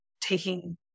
taking